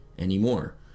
anymore